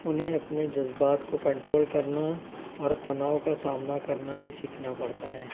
اُنہیں اپنے جذبات کو کنٹرول کرنا اور تناؤ کا سامنا کرنا بھی سیکھنا پڑتا ہے